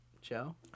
Joe